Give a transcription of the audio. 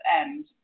end